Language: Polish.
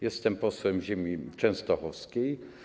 Jestem posłem z ziemi częstochowskiej.